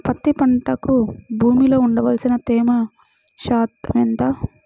పత్తి పంటకు భూమిలో ఉండవలసిన తేమ ఎంత?